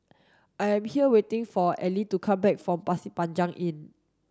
I am here waiting for Ellie to come back from Pasir Panjang Inn